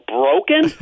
broken